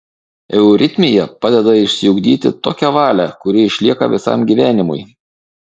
euritmija padeda išsiugdyti tokią valią kuri išlieka visam gyvenimui